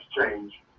change